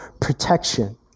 protection